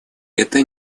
это